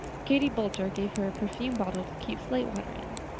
katie boulter gave her a perfume bottle to keep slate water in,